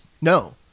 No